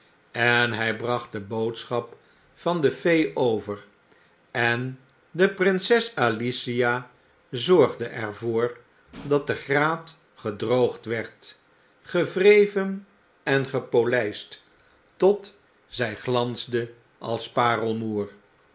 en hy bracht de boodschap der pee over en de prinses alicia zorgde er voor dat de graat gedroogd werd gewreven en gepolyst tot zij glansde als parelmoer